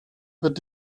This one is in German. wird